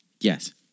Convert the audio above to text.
Yes